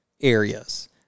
areas